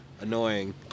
Annoying